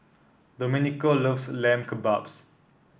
Domenico loves Lamb Kebabs